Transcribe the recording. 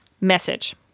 Message